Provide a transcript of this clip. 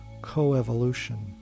coevolution